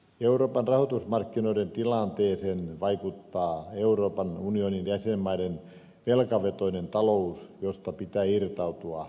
euroopan rahoitusmarkkinoiden tilanteeseen vaikuttaa euroopan unionin jäsenmaiden velkavetoinen talous josta pitää irtautua